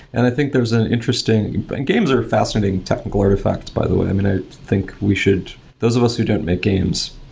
and i think there's an interesting games are fascinating technical artifacts by the way. i mean, i ah think we should those of us who don't make games,